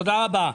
תודה רבה.